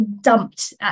dumped